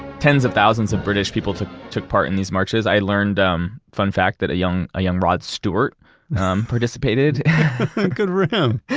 tens of thousands of british people took took part in these marches. i learned, um fun fact, that a young young rod stewart participated good for